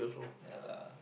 ya lah